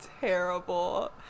terrible